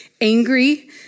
angry